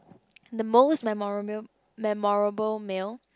the most memora~ male memorable male